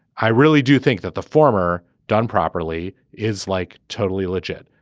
i really do think that the former done properly is like totally legit.